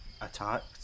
attacked